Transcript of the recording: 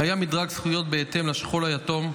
קיים מדרג זכויות בהתאם לשכול היתום.